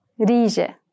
rije